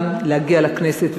גם להגיע לכנסת,